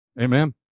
Amen